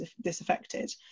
disaffected